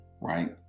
right